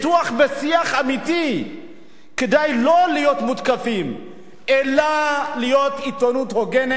בשיח אמיתי כדי לא להיות מותקפים אלא להיות עיתונות הוגנת,